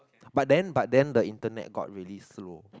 but the but then the internet got really slow